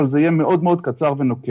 אבל זה יהיה מאוד מאוד קצר ונוקב.